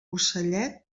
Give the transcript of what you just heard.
ocellet